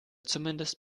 zumindest